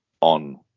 on